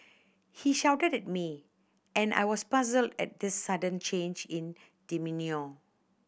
he shouted at me and I was puzzled at this sudden change in demeanour